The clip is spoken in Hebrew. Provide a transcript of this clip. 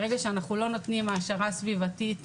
ברגע שאנחנו לא נותנים העשרה סביבתית